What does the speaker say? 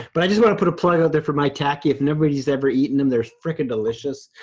but i just wanna put a plug out there for maitake. if nobody's ever eaten them, they're fricking delicious.